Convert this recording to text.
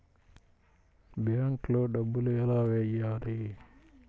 బ్యాంక్లో డబ్బులు ఎలా వెయ్యాలి?